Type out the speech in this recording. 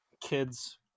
kids